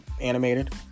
animated